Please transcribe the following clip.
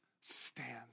stands